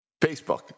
Facebook